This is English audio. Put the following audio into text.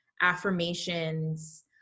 affirmations